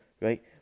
right